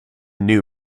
new